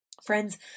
Friends